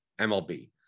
MLB